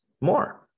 more